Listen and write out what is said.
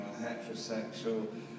heterosexual